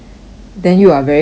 then you are very contradict